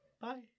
Bye